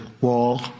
wall